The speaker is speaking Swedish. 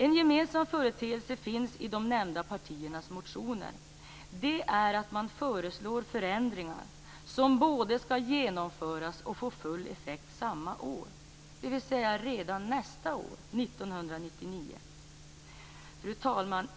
En gemensam företeelse finns i de nämnda partiernas motioner. Man föreslår förändringar som skall både genomföras och få full effekt samma år, dvs. redan nästa år, 1999. Fru talman!